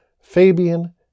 Fabian